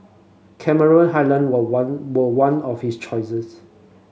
Cameron Highland were one were one of his choices